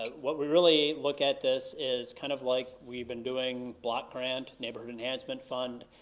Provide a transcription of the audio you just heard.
ah what we really look at this is kind of like we've been doing block grant, neighborhood enhancement fund,